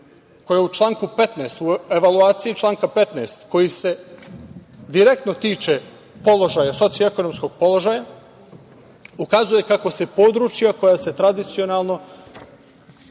koja u evaluaciji članka 15, koji se direktno tiče socioekonomskog položaja, ukazuje kako se područja koja tradicionalno